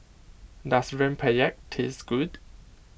does Rempeyek taste good